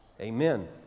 Amen